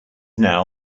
now